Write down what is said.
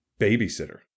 babysitter